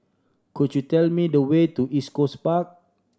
could you tell me the way to East Coast Park